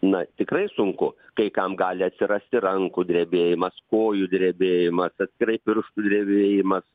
na tikrai sunku kai kam gali atsirasti rankų drebėjimas kojų drebėjimas atskirai pirštų drebėjimas